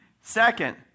second